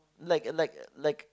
like like like